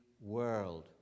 world